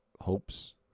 hopes